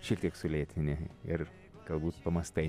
šiek tiek sulėtini ir galbūt pamąstai